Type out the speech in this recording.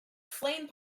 flame